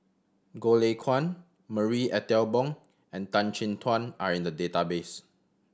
Goh Lay Kuan Marie Ethel Bong and Tan Chin Tuan are in the database